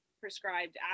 prescribed